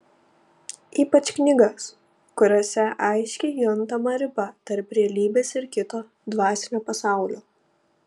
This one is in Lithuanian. ypač knygas kuriose aiškiai juntama riba tarp realybės ir kito dvasinio pasaulio